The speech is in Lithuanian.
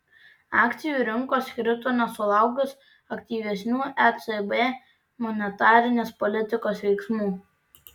akcijų rinkos krito nesulaukus aktyvesnių ecb monetarinės politikos veiksmų